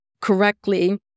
correctly